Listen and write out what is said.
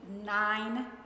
nine